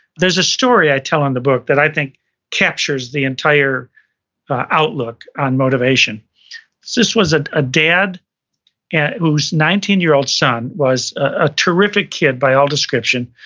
there's a story i tell in the book that i think captures the entire outlook on motivation. so this was ah a dad whose nineteen year old son was a terrific kid by all description.